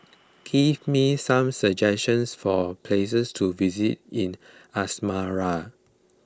give me some suggestions for places to visit in Asmara